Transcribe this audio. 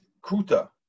kuta